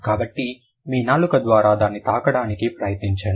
కాబట్టి మీ నాలుక ద్వారా దాన్ని తాకడానికి ప్రయత్నించండి